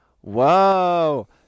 whoa